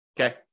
Okay